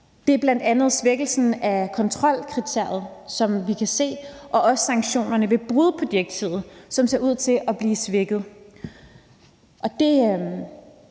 Det er bl.a. svækkelsen af kontrolkriteriet, som vi kan se, og også sanktionerne ved brud på direktivet, som ser ud til at blive svækket.